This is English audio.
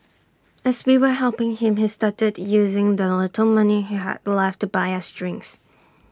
as we were helping him he started using the little money he had left to buy us drinks